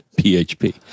PHP